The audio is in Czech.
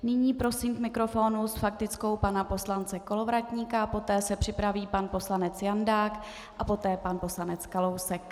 Nyní prosím k mikrofonu s faktickou pana poslance Kolovratníka a poté se připraví pan poslanec Jandák, poté pan poslanec Kalousek.